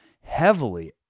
heavily